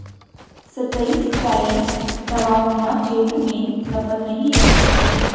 सतही सिंचाई ढवाऊनुमा क्षेत्र में सफल नहीं रहता है